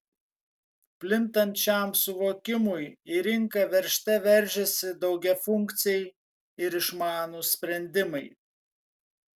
plintant šiam suvokimui į rinką veržte veržiasi daugiafunkciai ir išmanūs sprendimai